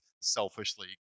selfishly